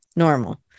normal